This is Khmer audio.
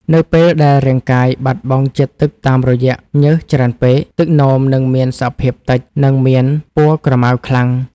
នៅពេលដែលរាងកាយបាត់បង់ជាតិទឹកតាមរយៈញើសច្រើនពេក ទឹកនោមនឹងមានសភាពតិច និងមានពណ៌ក្រមៅខ្លាំង។